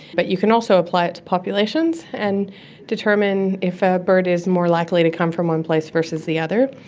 but you can also apply it to populations and determine if a bird is more likely to come from one place versus the other.